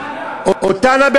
אותָנָה?